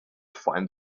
find